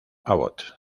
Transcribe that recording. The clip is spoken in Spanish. abbott